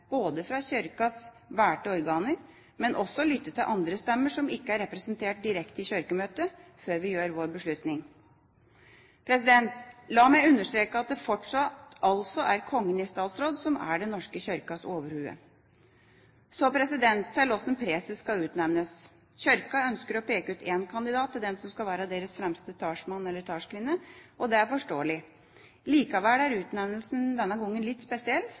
fra Kirkas valgte organer, men også lytte til andre stemmer som ikke er representert direkte i Kirkemøtet, før vi gjør vår beslutning. La meg understreke at det fortsatt er Kongen i statsråd som er Den norske kirkes overhode. Så til hvordan preses skal utnevnes. Kirka ønsker å peke ut en kandidat til den som skal være deres fremste talsmann eller talskvinne, og det er forståelig. Likevel er utnevnelsen denne gangen litt spesiell,